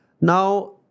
Now